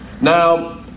Now